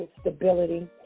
stability